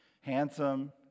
handsome